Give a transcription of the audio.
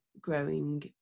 growing